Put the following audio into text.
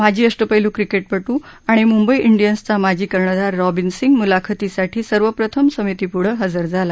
माजी अष्टपैलू क्रिकेटपटू आणि मुंबई डियन्सचा माजी कर्णधार रॉबिन सिंग मुलाखतीसाठी सर्वप्रथम समितीपुढं हजर झाला